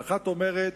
האחת אומרת: